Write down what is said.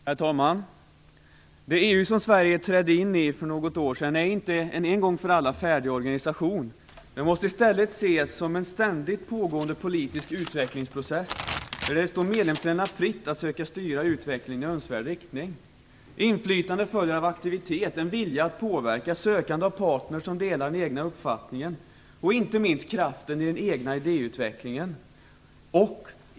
Herr talman! Det EU som Sverige för något år sedan trädde in i är inte en en gång för alla färdig organisation. Det måste i stället ses som en ständigt pågående politisk utvecklingsprocess där det står medlemsländerna fritt att söka styra utvecklingen i önskvärd riktning. Inflytande följer av aktivitet, av en vilja att påverka, av sökande efter partner som delar den egna uppfattningen och inte minst av kraften i den egna idéutvecklingen.